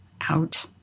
out